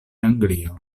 anglio